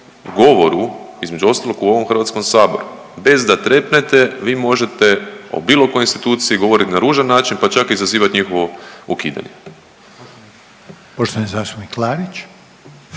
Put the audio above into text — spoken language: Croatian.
govoru između ostalog u ovom HS-u bez da trepnete vi možete o bilo kojoj instituciji govorit na ružan način pa čak i zazivat njihovo ukidanje. **Reiner, Željko